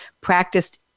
practiced